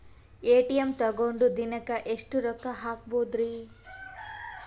ATM ತಗೊಂಡ್ ದಿನಕ್ಕೆ ಎಷ್ಟ್ ರೊಕ್ಕ ಹಾಕ್ಬೊದ್ರಿ?